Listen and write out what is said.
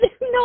no